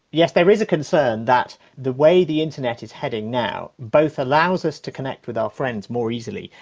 yes, there is a concern that the way the internet is headed now both allows us to connect with our friends more easily,